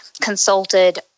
consulted